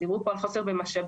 דיברו פה על חוסר במשאבים.